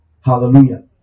Hallelujah